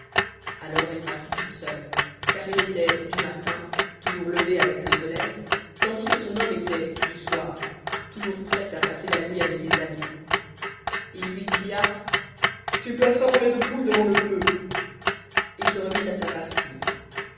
alors elle partit toute seule car elle était du matin toujours levée avec le soleil tandis que son homme était du soir toujours prêt à passer la nuit avec des amis il lui cria tu placeras mon lait de poule devant le feu et se remit à sa partie